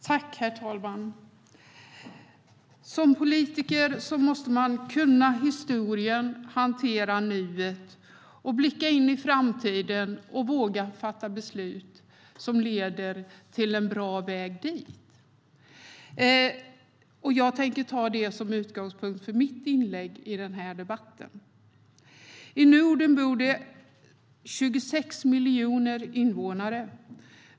Herr talman! Som politiker måste man kunna historien, hantera nuet, blicka in i framtiden och våga fatta beslut som leder till en bra väg dit. Jag tänker ta det som utgångspunkt för mitt inlägg i den här debatten. I Norden bor det 26 miljoner invånare.